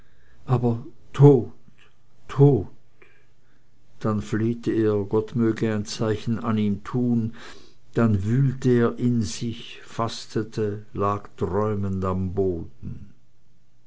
aber tot tot dann flehte er gott möge ein zeichen an ihm tun dann wühlte er in sich fastete lag träumend am boden